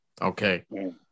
okay